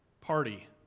party